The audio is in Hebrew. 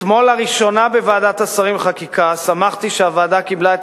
אתמול לראשונה בוועדת השרים לחקיקה שמחתי שהוועדה קיבלה את